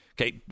Okay